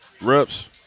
Reps